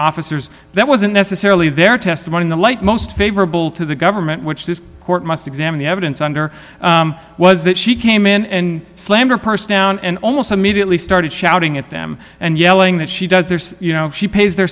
officers that wasn't necessarily their testimony in the light most favorable to the government which this court must examine the evidence under was that she came in and slammed her purse now and almost immediately started shouting at them and yelling that she does there's you know she pays their